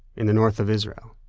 in the north of israel.